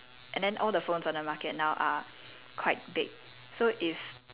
and then all the phones on the market now are are quite big so if